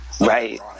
Right